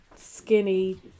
skinny